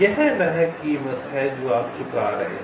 यह वह कीमत है जो आप चुका रहे हैं